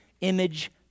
image